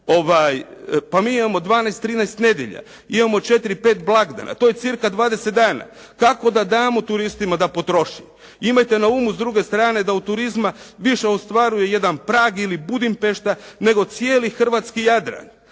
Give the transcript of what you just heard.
pa mi imamo 12, 13 nedjelja, imamo 4, 5 blagdana, to je cca 20 dana, kako da damo turistima da potroši. Imajte na umu s druge strane da od turizma više ostvaruje jedan Prag, ili Budimpešta nego cijeli hrvatski Jadran.